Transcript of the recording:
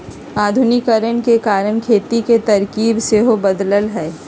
आधुनिकीकरण के कारण खेती के तरकिब सेहो बदललइ ह